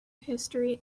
history